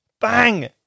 bang